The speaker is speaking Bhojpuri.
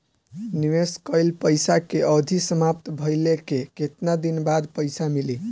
निवेश कइल पइसा के अवधि समाप्त भइले के केतना दिन बाद पइसा मिली?